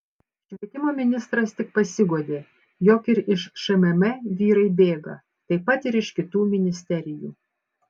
švietimo ministras tik pasiguodė jog ir iš šmm vyrai bėga taip pat ir iš kitų ministerijų